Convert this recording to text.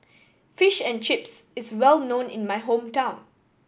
Fish and Chips is well known in my hometown